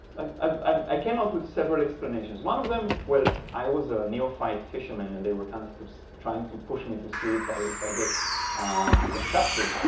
i came out with several explanations. one of them, well, i was a neophyte fishermen. and they were kind of trying to push me to see if i if i get disgusted.